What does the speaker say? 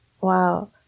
Wow